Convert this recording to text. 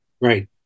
Right